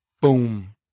boom